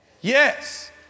Yes